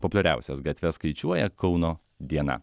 populiariausias gatves skaičiuoja kauno diena